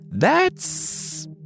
That's